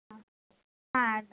हां हां बाय